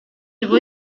igo